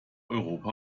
europa